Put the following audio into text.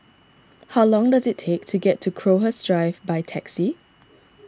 how long does it take to get to Crowhurst Drive by taxi